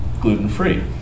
gluten-free